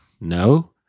no